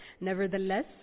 Nevertheless